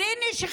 אז הינה,